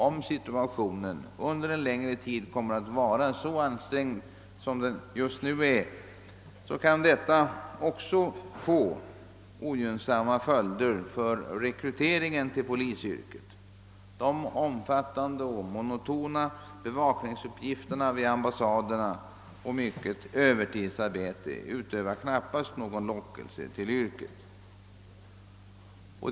Om läget under en längre tid kommer att vara så ansträngt som det nu är, kan detta också få ogynnsamma följder för rekryteringen till polisyrket. De omfattande och monotona bevakningsuppgifterna vid ambassaderna samt mycket övertidsarbete bidrar knappast till att göra yrket lockande.